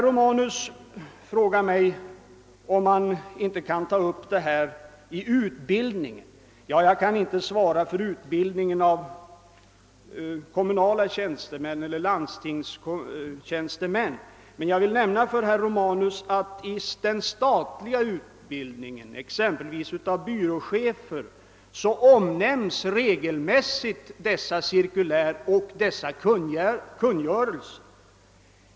Herr Romanus frågade mig om inte denna fråga kan tas upp i utbildningen. Jag kan ju inte svara för vad som sker i utbildningen av kommunala eller landstingsanställda tjänstemän, men jag vill nämna för herr Romanus att ifrågavarande cirkulär och kungörelse regelmässigt omnämns i den statliga utbildningen av exempelvis byråchefer.